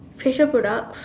facial products